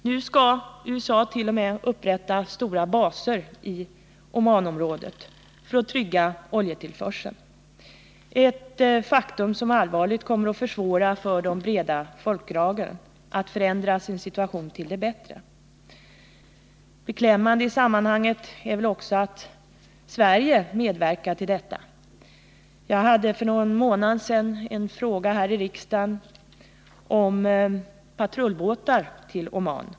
Nu skall USA t.o.m. upprätta stora baser i Omanområdet för att trygga oljetillförseln — ett faktum som allvarligt kommer att försvåra för de breda folklagren att förändra sin situation till det bättre. Beklämmande i sammanhanget är också att Sverige medverkar till detta. Jag hade för någon månad sedan en fråga här i riksdagen om patrullbåtar till Oman.